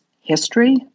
history